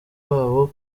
babo